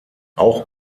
auch